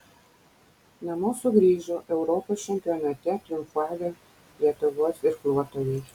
namo sugrįžo europos čempionate triumfavę lietuvos irkluotojai